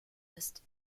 ist